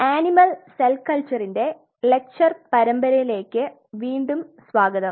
animal cell കൽച്ചറിന്റെ lecture പരമ്പരയിലേക്കു വീണ്ടും സ്വാഗതം